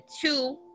two